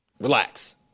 Relax